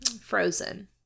frozen